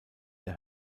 der